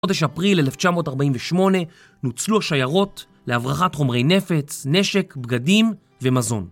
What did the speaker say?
בחודש אפריל 1948 נוצלו השיירות להברכת חומרי נפץ, נשק, בגדים ומזון.